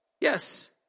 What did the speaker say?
Yes